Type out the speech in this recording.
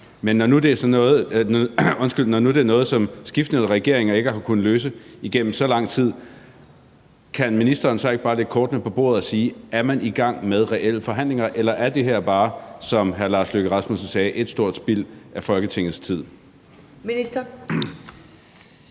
nu det er noget, som skiftende regeringer ikke har kunnet løse igennem så lang tid, kan ministeren så ikke bare lægge kortene på bordet og sige, om man er i gang med reelle forhandlinger, eller om det her bare er, som hr. Lars Løkke Rasmussen sagde, ét stort spild af Folketingets tid.